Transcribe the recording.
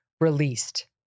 released